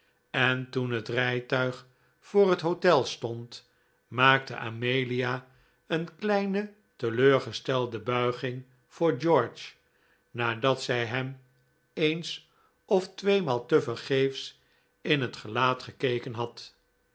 en toen het rijtuig voor het hotel stond maakte amelia een kleine teleurgestelde buiging voor george nadat zij hem eens of tweemaal tevergeefs in het gelaat gekeken had